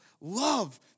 love